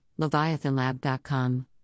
LeviathanLab.com